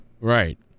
Right